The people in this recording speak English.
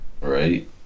Right